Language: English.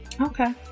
Okay